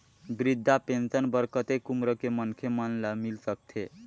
वृद्धा पेंशन बर कतेक उम्र के मनखे मन ल मिल सकथे?